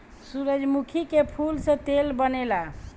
सूरजमुखी के फूल से तेल बनेला